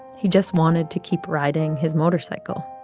he just wanted to keep riding his motorcycle.